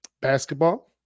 basketball